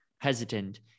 hesitant